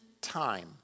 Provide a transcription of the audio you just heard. time